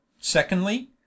Secondly